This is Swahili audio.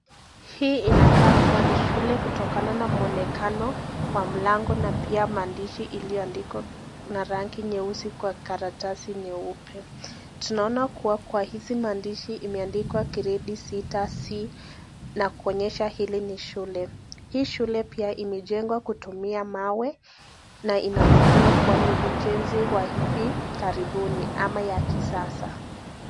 Hii inakaa kuwa ni shule kutokana na mwonekano wa mlango na pia mandishi iliyoandikwa na rangi nyeusi kwa karatasi nyeupe. Tunaona kuwa kwa hizi mandishi imiandikwa gredi 6C na kuonyesha hili ni shule. Hii shule pia imijengwa kutumia mawe na inaonekana kuwa ni ujenzi wa hivi karibuni ama ya kisasa.